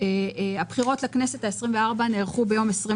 הבחירות לכנסת ה-24 נערכו ביום 23